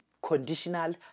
Conditional